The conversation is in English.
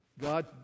God